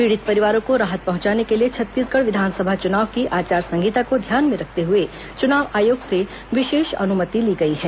पीड़ित परिवारों को राहत पहुंचाने के लिए छत्तीसगढ़ विधानसभा चुनाव की आचार संहिता को ध्यान में रखते हुए चुनाव आयोग से विशेष अनुमति ली गई है